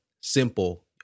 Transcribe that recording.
simple